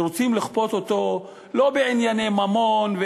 ורוצים לכפות אותו לא בענייני ממון,